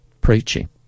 preaching